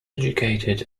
educated